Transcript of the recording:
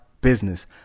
Business